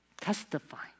testifying